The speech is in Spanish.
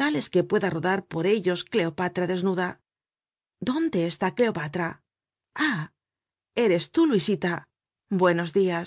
tales que pueda rodar por ellos cleopatra desnuda dónde está cleopatra ah eres tú luisita buenos dias